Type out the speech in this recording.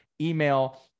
email